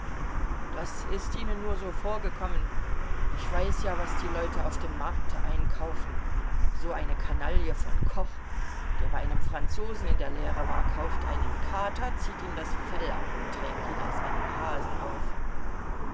das ist ihnen nur so vorgekommen ich weiß ja was die leute auf dem markte einkaufen so eine kanaille von koch der bei einem franzosen in der lehre war kauft einen kater zieht ihm das fell ab und trägt ihn als einen hasen auf